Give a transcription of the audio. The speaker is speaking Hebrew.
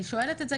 אני שואלת את זה,